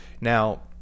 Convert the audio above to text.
Now